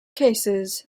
cases